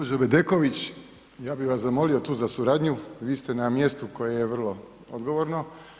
Gospođo Bedeković, ja bih vas zamolio tu za suradnju, vi ste na mjestu koje je vrlo odgovorno.